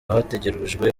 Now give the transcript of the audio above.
hategerejwe